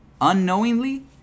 unknowingly